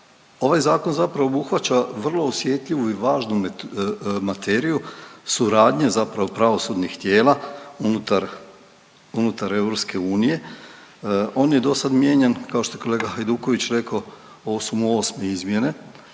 Ovaj zakon zapravo obuhvaća vrlo osjetljivu i važnu materiju suradnje pravosudnih tijela unutar EU. On je do sad mijenjan kao što je kolega Hajduković rekao ovo su mu osme izmjene